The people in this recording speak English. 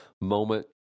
moment